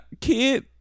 Kid